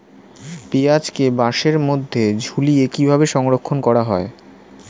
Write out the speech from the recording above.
পেঁয়াজকে বাসের মধ্যে ঝুলিয়ে কিভাবে সংরক্ষণ করা হয়?